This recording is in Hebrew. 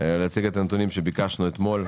להציג את הנתונים שביקשנו אתמול.